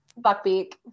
Buckbeak